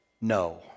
no